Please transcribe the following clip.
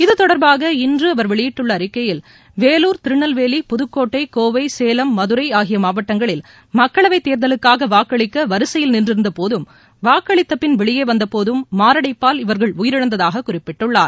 இது தொடர்பாக இன்று அவர் வெளியிட்டுள்ள அறிக்கையில் வேலுர் திருநெல்வேரி புதுக்கோட்டை கோவை சேலம் மதுரை ஆகிய மாவட்டங்கிளல் மக்களவைத் தேர்தலுக்காக வாக்களிக்க வரிசையில் நின்றிபோதும் வாக்களித்த பின் வெளியே வந்தபோதும் மாரடைப்பால் இவர்கள் உயிரிழந்ததாகக் குறிப்பிட்டுள்ளார்